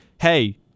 hey